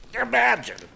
imagine